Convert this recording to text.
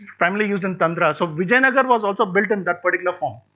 primly used in tantra. so vijayanagara was also built in that particular form,